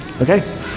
Okay